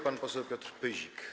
Pan poseł Piotr Pyzik.